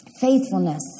Faithfulness